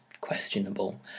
questionable